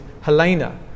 Helena